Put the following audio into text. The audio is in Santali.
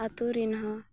ᱟᱛᱳ ᱨᱮᱱ ᱦᱚᱸ